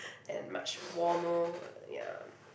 and much warmer ya